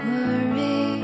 Worry